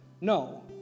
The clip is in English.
No